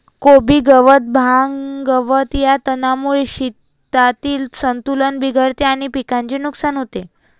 कोबी गवत, भांग, गवत या तणांमुळे शेतातील संतुलन बिघडते आणि पिकाचे नुकसान होते